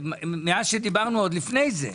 מאז שדיברנו, עוד לפני זה.